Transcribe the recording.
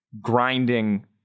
grinding